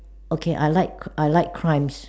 okay I like I like crimes